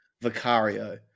Vicario